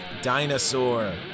Dinosaur